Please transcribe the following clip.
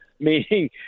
Meaning